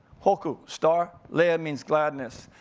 hoku, star, le'a means gladness.